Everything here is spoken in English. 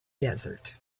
desert